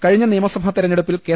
കഴിഞ്ഞ നിയമസഭാ തെരഞ്ഞെടുപ്പിൽ കെ